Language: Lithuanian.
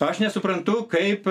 aš nesuprantu kaip